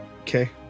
Okay